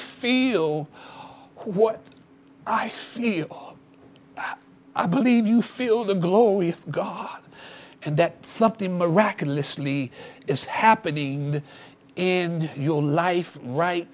feel i believe you feel the glory of god and that something miraculously is happening in your life right